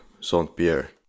Saint-Pierre